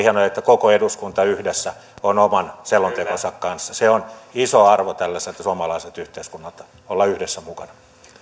hienoa että koko eduskunta yhdessä on oman selontekonsa kanssa se on iso arvo tällaiselta suomalaiselta yhteiskunnalta olla yhdessä mukana